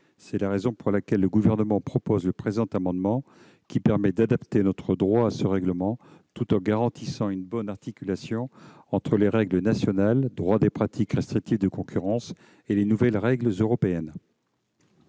n'est aujourd'hui plus adaptée. Le présent amendement vise donc à adapter notre droit à ce règlement, tout en garantissant une bonne articulation entre les règles nationales, le droit des pratiques restrictives de concurrence et les nouvelles règles européennes.